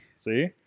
See